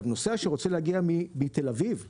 נוסע שרוצה להגיע מתל אביב לנתיבות,